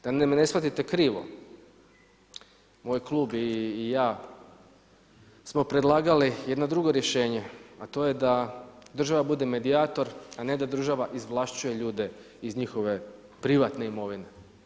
Da me ne shvatite krivo, moj klub i ja smo predlagali jedno drugo rješenje, a to je da država bude medijator, a ne da država izvlašćuje ljude iz njihove privatne imovine.